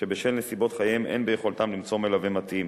שבשל נסיבות חייהם אין ביכולתם למצוא מלווה מתאים,